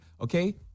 Okay